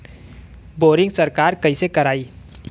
Boring सरकार कईसे करायी?